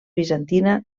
bizantina